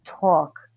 talk